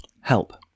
help